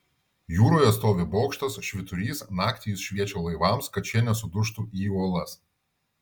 jūroje stovi bokštas švyturys naktį jis šviečia laivams kad šie nesudužtų į uolas